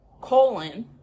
colon